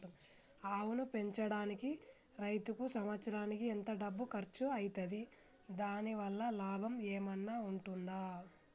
ఆవును పెంచడానికి రైతుకు సంవత్సరానికి ఎంత డబ్బు ఖర్చు అయితది? దాని వల్ల లాభం ఏమన్నా ఉంటుందా?